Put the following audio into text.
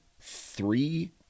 three